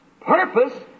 purpose